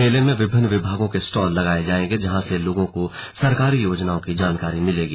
मेले में विभिन्न विभागों के स्टॉल लगाए जाएंगे जहां से लोगों को सरकारी योजनाओं की जानकारी मिलेगी